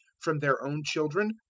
from their own children,